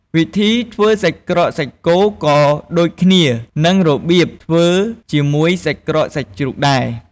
វិធីធ្វើសាច់ក្រកសាច់គោ ក៏ដូចគ្នានឺងរបៀបធ្វើជាមួយសាច់ក្រកសាច់ជ្រូកដែរ។